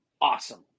awesome